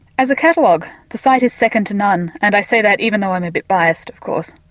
as a catalogue the site is second to none and i say that even though i am a bit biased of course.